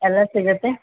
ಎಲ್ಲ ಸಿಗುತ್ತೆ